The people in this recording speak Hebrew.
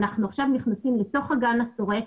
אנחנו עכשיו נכנסים לתוך אגן השורק,